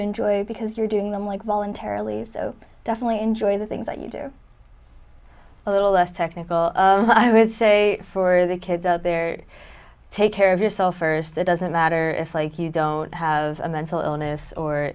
enjoy because you're doing them like voluntarily so definitely enjoy the things that you do a little less technical i would say for the kids out there take care of yourself first it doesn't matter if like you don't have a mental illness or